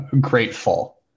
grateful